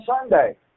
Sunday